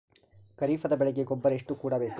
ಖರೀಪದ ಬೆಳೆಗೆ ಗೊಬ್ಬರ ಎಷ್ಟು ಕೂಡಬೇಕು?